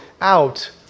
out